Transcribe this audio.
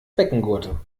beckengurte